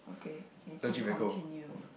okay we can continue